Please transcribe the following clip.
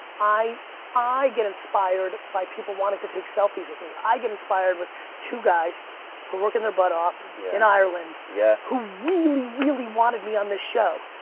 i i get inspired by people wanting to take selfies with me. i get inspired with two guys who are working their butt off in ireland yeah who really really wanted me on the show.